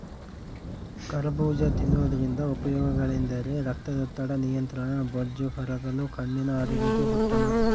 ಕರಬೂಜ ತಿನ್ನೋದ್ರಿಂದ ಉಪಯೋಗಗಳೆಂದರೆ ರಕ್ತದೊತ್ತಡದ ನಿಯಂತ್ರಣ, ಬೊಜ್ಜು ಕರಗಲು, ಕಣ್ಣಿನ ಆರೋಗ್ಯಕ್ಕೆ ಉತ್ತಮ